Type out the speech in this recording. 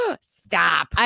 Stop